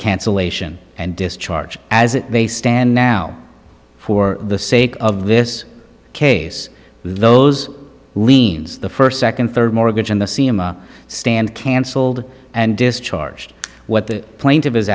cancellation and discharge as they stand now for the sake of this case those liens the first second third mortgage and the c m a stand cancelled and discharged what the pla